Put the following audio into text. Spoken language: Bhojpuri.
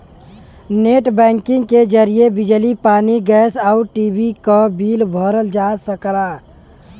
नेट बैंकिंग के जरिए बिजली पानी गैस आउर टी.वी क बिल भरल जा सकला